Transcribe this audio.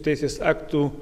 teisės aktų